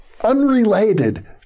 unrelated